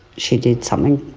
she did something,